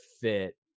fit